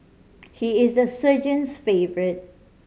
he is the sergeant's favourite